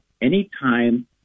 Anytime